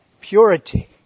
Purity